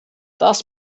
das